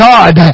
God